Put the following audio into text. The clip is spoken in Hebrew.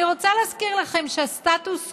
אני רוצה להזכיר לכם שהסטטוס קוו,